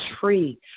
free